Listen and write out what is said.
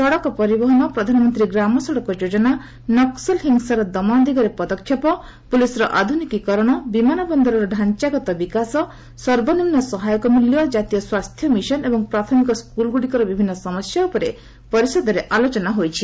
ସଡ଼କ ପରିବହନ ପ୍ରଧାନମନ୍ତ୍ରୀ ଗ୍ରାମ ସଡ଼କ ଯୋଜନା ନକ୍କଲ ହିଂସାର ଦମନ ଦିଗରେ ପଦକ୍ଷେପ ପୁଲିସ୍ର ଆଧୁନିକୀକକରଣ ବିମାନ ବନ୍ଦରର ଡାଞ୍ଚାଗତ ବିକାଶ ସର୍ବନିମ୍ନ ସହାୟକ ମୂଲ୍ୟ କାତୀୟ ସ୍ୱାସ୍ଥ୍ୟ ମିଶନ ଏବଂ ପ୍ରାଥମିକ ସ୍କୁଲ୍ଗୁଡ଼ିକର ବିଭିନ୍ନ ସମସ୍ୟା ଉପରେ ପରିଷଦରେ ଆଲୋଚନା ହୋଇଛି